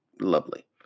lovely